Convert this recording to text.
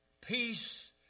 peace